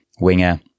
winger